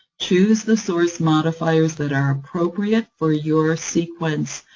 choose the source modifiers that are appropriate for your sequence,